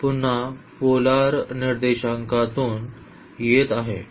पुन्हा पोलर निर्देशांकातून येत आहे